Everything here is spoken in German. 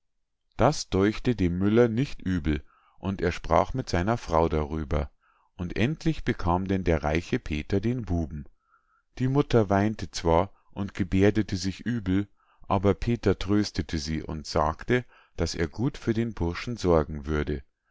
das däuchte dem müller nicht übel und er sprach mit seiner frau darüber und endlich bekam denn der reiche peter den buben die mutter weinte zwar und geberdete sich übel aber peter tröstete sie und sagte daß er gut für den burschen sorgen würde